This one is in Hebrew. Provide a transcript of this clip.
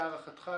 להערכתך,